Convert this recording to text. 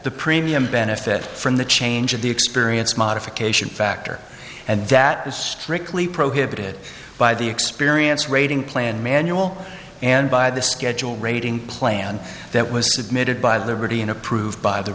the premium benefit from the change of the experience modification factor and that is strictly prohibited by the experience rating plan manual and by the schedule rating plan that was submitted by liberty and approved by the